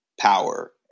power